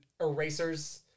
erasers